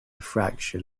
fraction